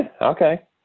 okay